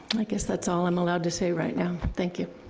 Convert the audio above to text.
i guess that's all i'm allowed to say right now. thank you.